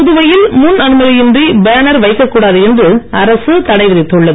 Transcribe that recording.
புதுவையில் முன் அனுமதியின்றி பேனர் வைக்கக் கூடாது என்று அரசு தடை விதித்துள்ளது